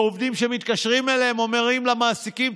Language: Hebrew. עובדים שמתקשרים אליהם אומרים למעסיקים: